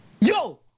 Yo